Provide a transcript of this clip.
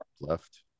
left